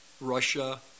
Russia